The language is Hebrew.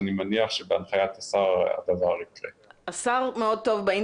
אני רוצה להודות לשר התיירות, אסף